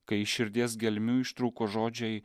kai iš širdies gelmių ištrūko žodžiai